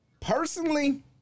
personally